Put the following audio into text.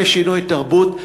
זה שינוי תרבות.